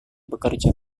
bekerja